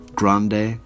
grande